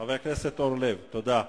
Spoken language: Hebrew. חבר הכנסת אורלב, תודה.